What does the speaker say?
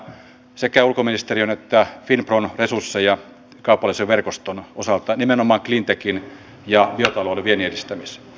eduskunta edellyttää että hallitus ottaa käyttöön työeläkerahastojen emu puskurin ja ylätalon viinistä myös